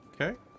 okay